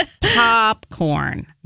Popcorn